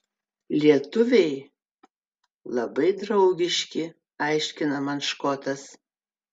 lietuviai labai draugiški aiškina man škotas